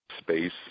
space